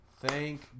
Thank